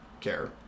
care